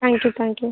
thank you thank you